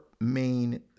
main